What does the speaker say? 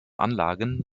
anlagen